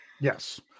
Yes